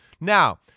Now